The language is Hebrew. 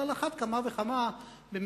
אבל על אחת כמה וכמה במקומות